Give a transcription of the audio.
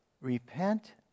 repent